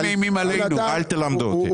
אל תלמדו אותי.